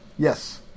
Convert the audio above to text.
Yes